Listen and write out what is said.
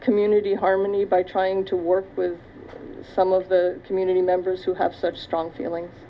community harmony by trying to work with some of the community members who have such strong feelings